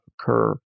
occur